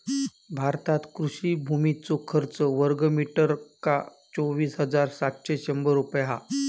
भारतात कृषि भुमीचो खर्च वर्गमीटरका चोवीस हजार सातशे शंभर रुपये हा